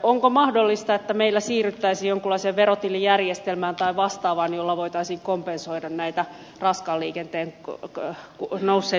onko mahdollista että meillä siirryttäisiin jonkunlaiseen verotilijärjestelmään tai vastaavaan jolla voitaisiin kompensoida näitä raskaan liikenteen nousseita kustannuksia